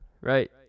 Right